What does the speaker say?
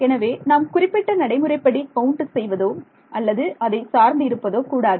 எனவே நாம் குறிப்பிட்ட நடைமுறைப்படி கவுண்ட் செய்வதோ அல்லது அதை சார்ந்து இருப்பதோ கூடாது